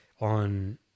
on